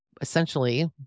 essentially